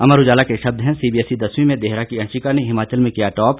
अमर उजाला के शब्द हैं सीबीएसई दसवीं में देहरा की अंशिका ने हिमाचल में किया टॉप